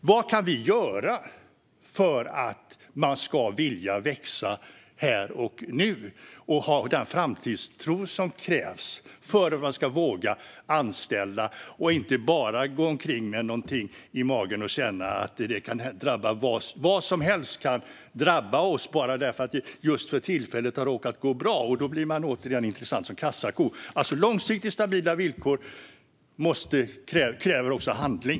Vad kan vi göra för att man ska vilja växa här och nu och ha den framtidstro som krävs för att våga anställa? Vad kan vi göra för att man inte ska gå omkring med en känsla av att vad som helst kan drabba oss bara därför att det råkar gå bra för tillfället och att man då återigen ska bli intressant som kassako? Långsiktigt stabila villkor kräver också handling.